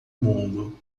mundo